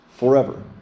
Forever